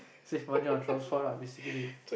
save money on transport lah basically